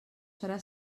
serà